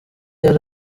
yari